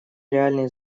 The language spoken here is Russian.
реальный